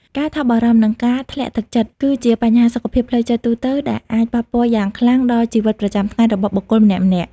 ការថប់បារម្ភ និងការធ្លាក់ទឹកចិត្ត គឺជាបញ្ហាសុខភាពផ្លូវចិត្តទូទៅ ដែលអាចប៉ះពាល់យ៉ាងខ្លាំងដល់ជីវិតប្រចាំថ្ងៃរបស់បុគ្គលម្នាក់ៗ។